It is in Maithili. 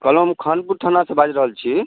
कहलहुँ हम खानपुर थानासँ बाज रहल छी